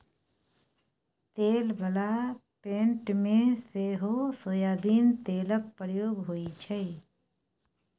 तेल बला पेंट मे सेहो सोयाबीन तेलक प्रयोग होइ छै